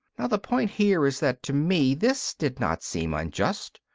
the point here is that to me this did not seem unjust.